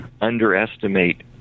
underestimate